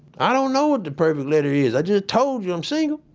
i don't know what the perfect letter is. i just told you i'm single.